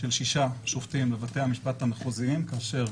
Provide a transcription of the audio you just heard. של שישה שופטים בבתי המשפט המחוזיים, כאשר